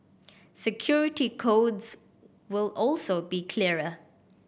security codes will also be clearer